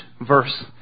verse